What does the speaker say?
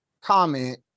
comment